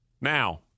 Now